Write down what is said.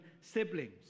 siblings